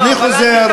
אני חוזר,